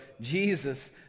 Jesus